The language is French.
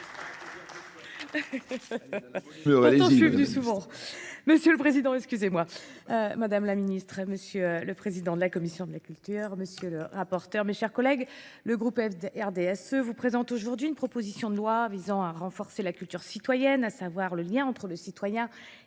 Monsieur le Président, excusez-moi. Madame la Ministre, Monsieur le Président de la Commission de la Culture, Monsieur le rapporteur, Mes chers collègues, le groupe FDRDSE vous présente aujourd'hui une proposition de loi visant à renforcer la culture citoyenne, à savoir le lien entre le citoyen et les